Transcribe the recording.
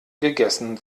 gegessen